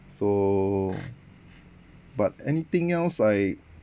so but anything else I